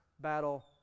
battle